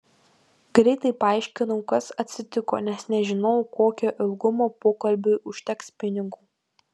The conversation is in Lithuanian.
greitai paaiškinau kas atsitiko nes nežinojau kokio ilgumo pokalbiui užteks pinigų